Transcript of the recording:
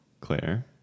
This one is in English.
Claire